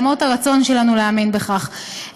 למרות הרצון שלנו להאמין בכך,